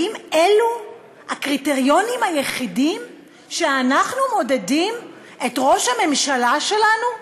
האם אלו הקריטריונים היחידים שבהם אנחנו מודדים את ראש הממשלה שלנו?